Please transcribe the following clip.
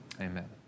Amen